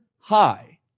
high